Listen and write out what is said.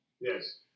Yes